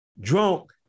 drunk